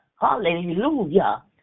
hallelujah